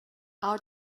our